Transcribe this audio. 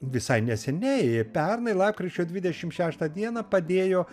visai neseniai pernai lapkričio dvidešim šeštą dieną padėjo